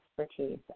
expertise